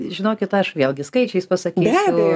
žinokit aš vėlgi skaičiais pasakysiu